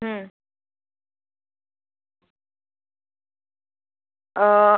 હુમ